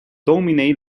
dominee